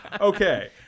okay